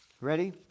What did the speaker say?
Ready